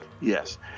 yes